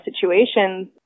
situations